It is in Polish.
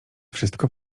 wszystko